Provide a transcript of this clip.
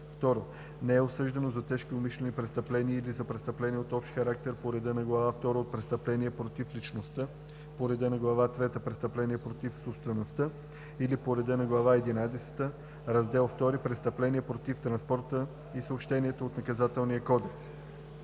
2. не е осъждано за тежко умишлено престъпление или за престъпления от общ характер по реда на глава втора „Престъпления против личността“, по реда на глава пета „Престъпления против собствеността“ или по реда на глава единадесета, раздел II „Престъпления против транспорта и съобщенията“ от Наказателния кодекс;